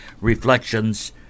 Reflections